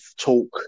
talk